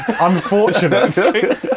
unfortunate